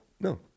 no